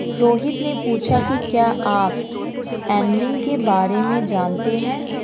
रोहित ने पूछा कि क्या आप एंगलिंग के बारे में जानते हैं?